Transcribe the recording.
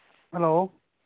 hello